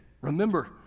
remember